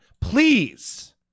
Please